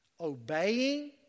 Obeying